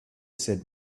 said